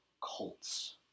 Colts